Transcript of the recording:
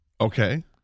Okay